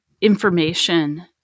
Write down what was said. information